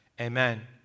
Amen